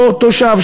אותו תושב,